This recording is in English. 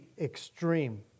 extreme